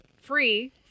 free